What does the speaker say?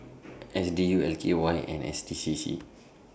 S D U L K Y and M S D C C